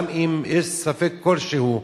גם אם יש ספק כלשהו,